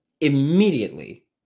Immediately